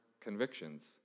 convictions